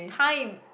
time